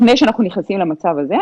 לפני שאנחנו נכנסים למצב הזה,